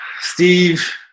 Steve